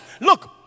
Look